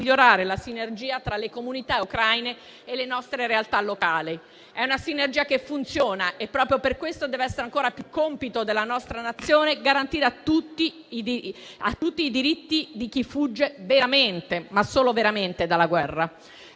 la sinergia tra le comunità ucraine e le nostre realtà locali. È una sinergia che funziona e, proprio per questo, deve essere in misura ancora maggiore compito della nostra Nazione garantire a tutti i diritti di chi fugge veramente, ma solo veramente dalla guerra.